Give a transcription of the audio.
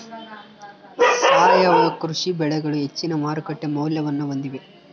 ಸಾವಯವ ಕೃಷಿ ಬೆಳೆಗಳು ಹೆಚ್ಚಿನ ಮಾರುಕಟ್ಟೆ ಮೌಲ್ಯವನ್ನ ಹೊಂದಿವೆ